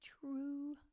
true